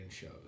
shows